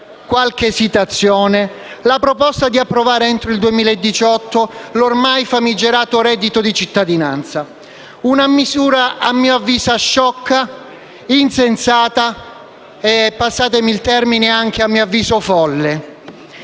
qualche esitazione, la proposta di approvare entro il 2018 l'ormai famigerato reddito di cittadinanza, una misura a mio avviso sciocca, insensata e - passatemi il termine - folle.